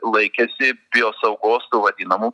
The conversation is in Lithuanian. laikėsi biosaugos vadinamų